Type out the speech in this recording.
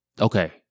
okay